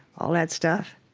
all that stuff.